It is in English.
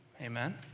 Amen